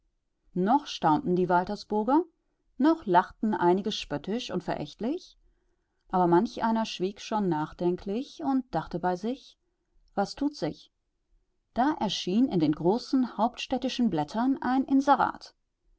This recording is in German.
noch staunten die waltersburger noch lachten einige spöttisch und verächtlich aber manch einer schwieg schon nachdenklich und dachte bei sich was tut sich da erschien in den großen hauptstädtischen blättern ein inserat